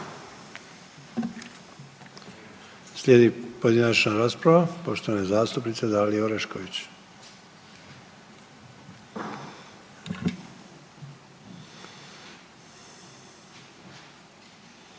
Slijedi pojedinačna rasprava. Poštovana zastupnica Dalija Orešković.